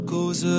Goes